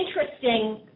interesting